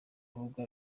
avuga